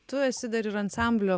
tu esi dar ir ansamblio